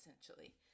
essentially